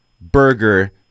burger